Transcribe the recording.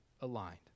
aligned